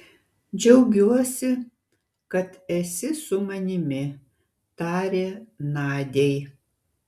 džiaugiuosi kad esi su manimi tarė nadiai